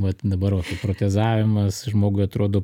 vat dabar protezavimas žmogui atrodo